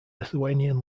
lithuanian